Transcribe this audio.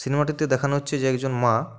সিনেমাটিতে দেখানো হচ্ছে যে একজন মা